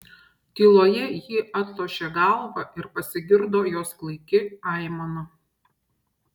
tyloje ji atlošė galvą ir pasigirdo jos klaiki aimana